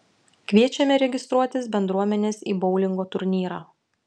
kviečiame registruotis bendruomenes į boulingo turnyrą